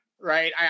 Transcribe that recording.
right